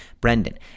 Brendan